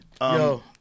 Yo